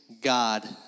God